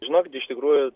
žinokit iš tikrųjų